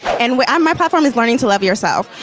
and what um my platform is learning to love yourself.